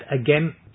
again